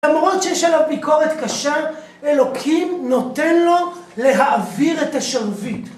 ‫למרות שיש עליו ביקורת קשה, ‫אלוקים נותן לו להעביר את השרביט.